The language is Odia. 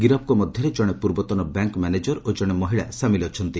ଗିରଫଙ୍କ ମଧରେ ଜଣେ ପୂର୍ବତନ ବ୍ୟାଙ୍କ ମଧାନେଜର ଓ ଜଣେ ମହିଳା ସାମିଲ ଅଛନ୍ତି